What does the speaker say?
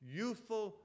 youthful